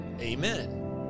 Amen